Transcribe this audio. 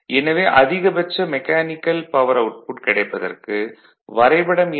எனவே அதிகபட்ச mechanical power output கிடைப்பதற்கு வரைபடம் எண்